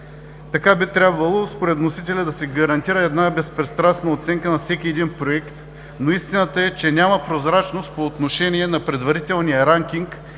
Така би трябвало, според вносителя, да се гарантира една безпристрастна оценка на всеки един проект, но истината е, че няма прозрачност по отношение на предварителния ранкинг